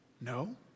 No